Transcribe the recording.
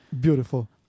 Beautiful